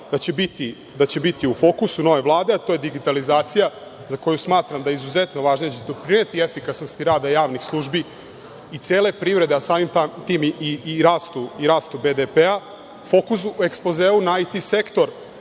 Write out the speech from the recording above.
da će biti u fokusu nove Vlade, a to je digitalizacija, za koju smatram da je izuzetno važna i da će doprineti efikasnosti rada javnih službi i cele privrede, a samim tim i rastu BDP.Fokus u ekspozeu na IT sektor,